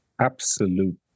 absolute